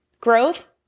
Growth